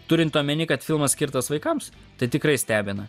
turint omeny kad filmas skirtas vaikams tai tikrai stebina